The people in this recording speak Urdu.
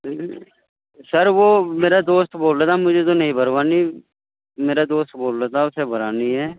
سر وہ میرا دوست بول رہا تھا مجھے تو نہیں بھروانی میرا دوست بول رہا تھا اسے بھرانی ہے